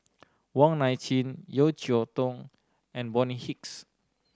Wong Nai Chin Yeo Cheow Tong and Bonny Hicks